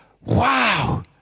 wow